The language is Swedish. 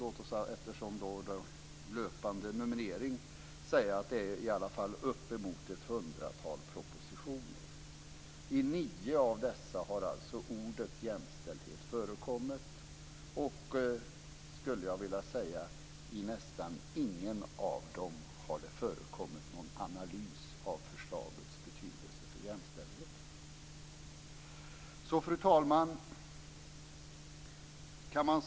Det är löpande numrering, men det rör sig i alla fall om uppemot ett hundratal propositioner. I nio av dessa har ordet jämställdhet förekommit, och i nästan ingen av propositionerna har det funnits någon analys av förslagets betydelse för jämställdheten. Fru talman!